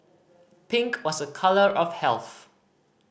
pink was a colour of health